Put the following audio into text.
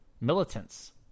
militants